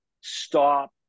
stop